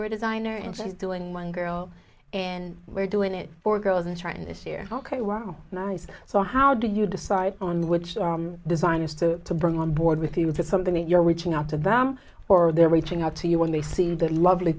wear designer and she's doing one girl and we're doing it for girls and trying this year ok wow nice so how do you decide on which designers to bring on board with you which is something that you're reaching out to them or they're reaching out to you when they see the lovely